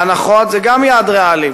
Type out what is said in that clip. והנחות זה גם יעד ריאלי,